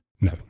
No